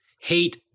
hate